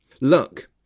Luck